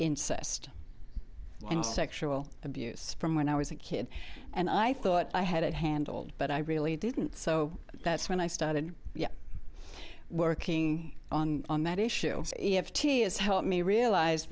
incest and sexual abuse from when i was a kid and i thought i had it handled but i really didn't so that's when i started working on that issue e f t is help me realize